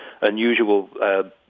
unusual